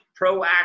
proactive